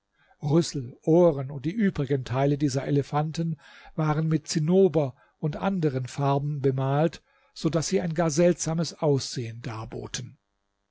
rüssel ohren und die übrigen teile dieser elefanten waren mit zinnober und anderen farben bemalt so daß sie ein gar seltsames aussehen darboten